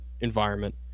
environment